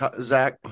Zach